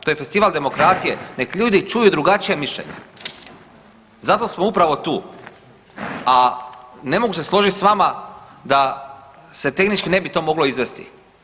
To je festival demokracije, nek ljudi čuju drugačija mišljenja i zato smo upravo tu, a ne mogu se složit s vama da se tehnički ne bi to moglo izvesti.